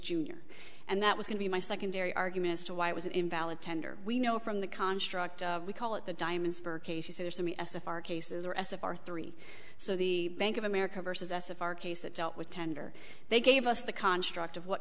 junior and that was going to be my secondary argument as to why it was invalid tender we know from the construct we call it the diamonds for k she said to me as if our cases are as of our three so the bank of america versus us of our case that dealt with tender they gave us the construct of what